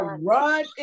run